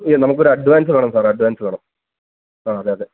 ഈ നമുക്ക് ഒരു അഡ്വാന്സ് വേണം സാറെ അഡ്വാന്സ് വേണം ആ അതെ അതെ